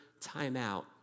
timeout